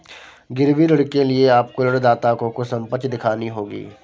गिरवी ऋण के लिए आपको ऋणदाता को कुछ संपत्ति दिखानी होगी